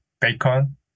bacon